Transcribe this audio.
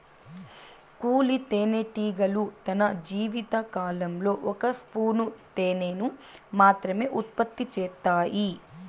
కూలీ తేనెటీగలు తన జీవిత కాలంలో ఒక స్పూను తేనెను మాత్రమె ఉత్పత్తి చేత్తాయి